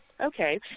Okay